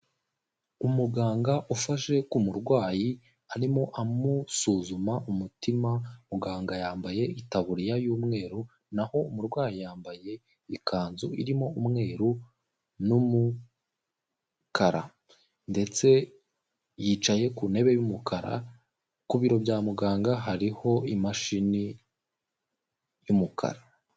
Umuganga ufashe ku murwayi arimo amusuzuma umutima, muganga yambaye itaburiya y'umweru naho umurwayi yambaye ikanzu irimo umweru n'umukara ndetse yicaye ku ntebe y'umukara. Ku biro bya muganga hariho imashini y'umukara.